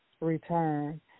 return